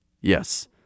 Yes